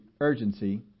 urgency